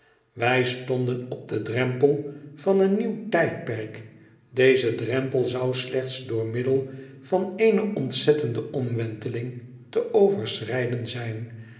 wij stonden op den drempel van een nieuw tijdperk deze drempel zoû slechts door middel van eene ontzettende omwenteling te overschrijden zijn